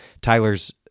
Tyler's